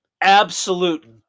Absolute